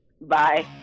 Bye